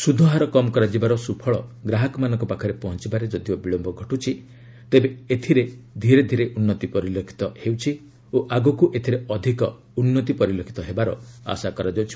ସୁଧହାର କମ୍ କରାଯିବାର ସୁଫଳ ଗ୍ରାହକମାନଙ୍କ ପାଖରେ ପହଞ୍ଚିବାରେ ଯଦିଓ ବିଳମ୍ବ ଘଟୁଛି ତେବେ ଏଥିରେ ଧୀରେ ଧୀରେ ଉନ୍ନତି ପରିଲକ୍ଷିତ ହେଉଛି ଓ ଆଗକୁ ଏଥିରେ ଅଧିକ ଉନ୍ନତି ପରିଲକ୍ଷିତ ହେବାର ଆଶା କରାଯାଉଛି